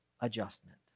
adjustment